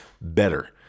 better